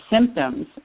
symptoms